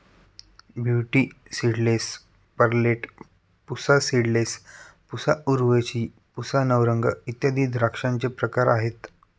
beauty seedless, Perlette, Pusa seedless, Pusa Urvashi, Pusa Navrang इत्यादी द्राक्षांचे प्रकार आहेत